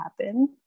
happen